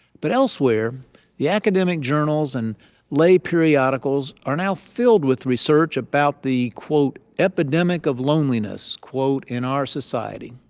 but elsewhere the academic journals and lay periodicals are now filled with research about the, quote, epidemic of loneliness, quote, in our society.